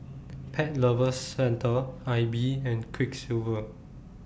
Pet Lovers Centre I B and Quiksilver